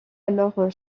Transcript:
alors